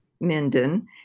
Minden